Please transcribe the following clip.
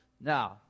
Now